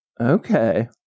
Okay